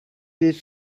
dydd